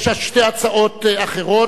יש שתי הצעות אחרות,